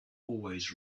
always